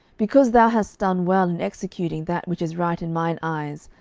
because thou hast done well in executing that which is right in mine eyes,